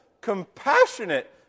compassionate